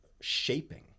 shaping